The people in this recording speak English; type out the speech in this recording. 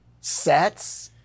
sets